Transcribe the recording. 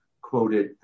quoted